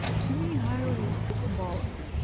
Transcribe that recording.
to me, highly symbolic.